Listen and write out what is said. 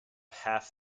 half